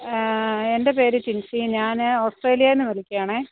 എൻ്റെ പേര് ജിൻസി ഞാൻ ഓസ്ട്രേലിയയിൽ നിന്ന് വിളിക്കുവാണേ